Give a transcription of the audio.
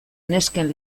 nesken